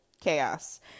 chaos